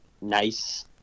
nice